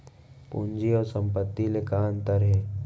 पूंजी अऊ संपत्ति ले का अंतर हे?